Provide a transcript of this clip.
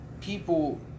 people